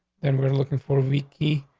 and we're looking for a week.